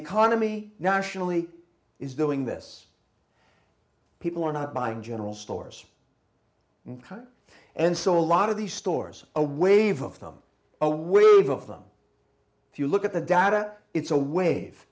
economy nationally is doing this people are not buying general stores and so a lot of these stores a wave of them aware of them if you look at the data it's a wa